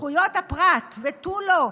זכויות הפרט ותו לא,